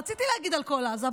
רציתי להגיד על כל עזה,